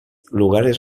lugares